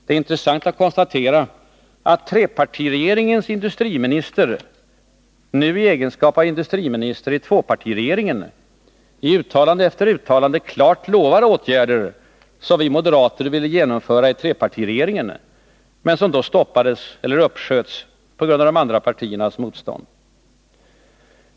Det är intressant att konstatera att trepartiregeringens industriminister nu i egenskap av industriminister i tvåpartiregeringen i uttalande efter uttalande klart lovar åtgärder som vi moderater ville genomföra i trepartiregeringarna, men som då stoppades eller uppsköts på grund av de andra partiernas motstånd.